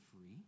free